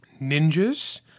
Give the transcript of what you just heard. ninjas